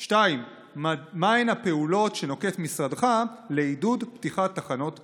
2. מהן הפעולות שנוקט משרדך לעידוד פתיחת תחנות כאלה?